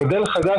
מודל חדש,